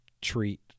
treat